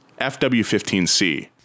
FW15C